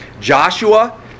Joshua